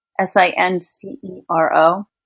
s-i-n-c-e-r-o